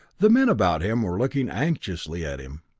the men about him were looking anxiously at him.